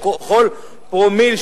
או כל חצי פרומיל,